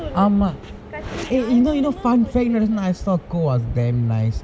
ஆமா:aama eh you know you know fun fact நடக்னு:nadakknu was damn nice